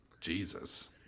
Jesus